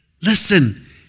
Listen